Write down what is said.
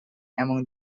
among